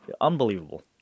Unbelievable